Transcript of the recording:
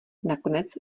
nakonec